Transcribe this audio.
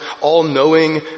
all-knowing